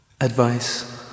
Advice